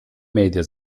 media